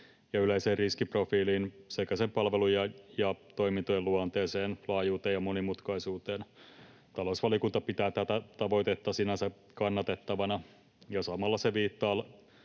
ja yleiseen riskiprofiiliin sekä sen palvelujen ja toimintojen luonteeseen, laajuuteen ja monimutkaisuuteen. Talousvaliokunta pitää tätä tavoitetta sinänsä kannatettavana. Samalla se viittaa